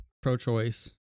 pro-choice